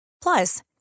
Plus